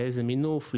באיזה מינוף,